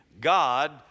God